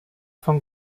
von